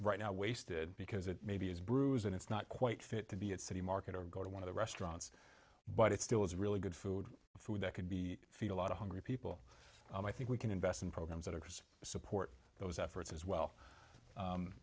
right now wasted because it maybe is bruised and it's not quite fit to be at city market or go to one of the restaurants but it still is really good food food that could be feed a lot of hungry people and i think we can invest in programs that are just support those efforts as well